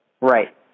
Right